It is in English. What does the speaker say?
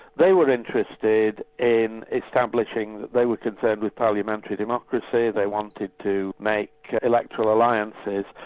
they were interested in establishing they were concerned with parliamentary democracy, they wanted to make electoral alliances,